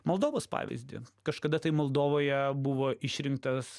moldovos pavyzdį kažkada tai moldovoje buvo išrinktas